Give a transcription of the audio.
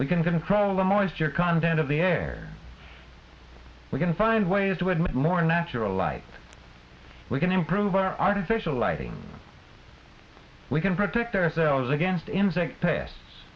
we can control the most your content of the air we can find ways to admit more natural light we can improve our artificial lighting we can protect ourselves against